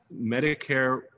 Medicare